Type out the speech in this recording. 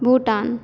Bhutan